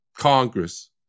Congress